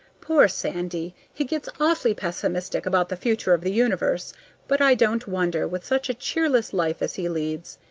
poor sandy! he gets awfully pessimistic about the future of the universe but i don't wonder, with such a cheerless life as he leads.